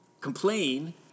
complain